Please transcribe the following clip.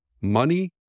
money